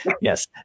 yes